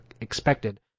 expected